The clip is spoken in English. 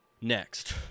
Next